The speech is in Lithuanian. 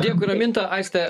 dėkui raminta aiste